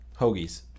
Hoagies